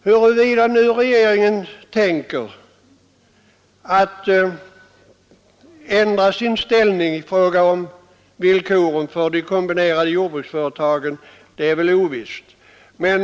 Huruvida regeringen nu tänker ändra sin inställning i fråga om villkoren för de kombinerade jordbruksföretagen är väl ovisst.